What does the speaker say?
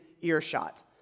earshot